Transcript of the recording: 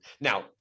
Now